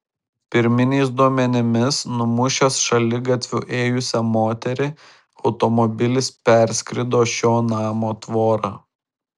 pirminiais duomenimis numušęs šaligatviu ėjusią moterį automobilis perskrido šio namo tvorą